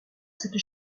cette